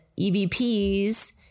EVPs